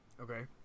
Okay